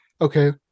okay